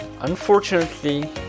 Unfortunately